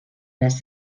les